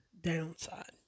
downside